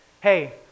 hey